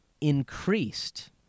increased